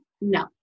No